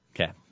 Okay